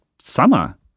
summer